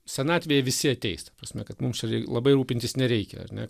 senatvėje visi ateis ta prasme kad mums čia labai rūpintis nereikia ar ne